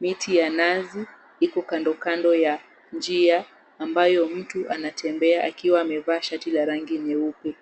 Miti ya nazi iko kando kando ya njia ambayo mtu anatembea akiwa amevaa shati la rangi nyeupe.